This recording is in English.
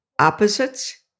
opposites